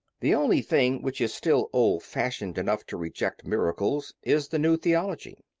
the only thing which is still old-fashioned enough to reject miracles is the new theology.